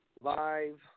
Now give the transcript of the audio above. live